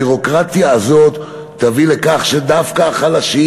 הביורוקרטיה הזאת תביא לכך שדווקא החלשים